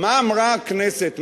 מה אמרה הכנסת?